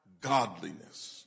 godliness